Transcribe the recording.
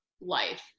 life